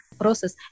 process